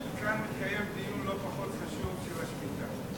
כאן מתקיים דיון לא פחות חשוב בנושא השביתה.